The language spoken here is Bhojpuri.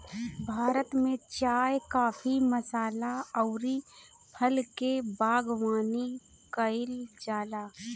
भारत में चाय, काफी, मसाला अउरी फल के बागवानी कईल जाला